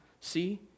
See